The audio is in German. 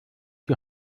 die